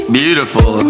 beautiful